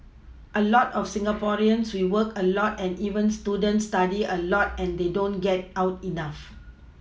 a lot of Singaporeans we work a lot and even students study a lot and they don't get out enough